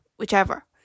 whichever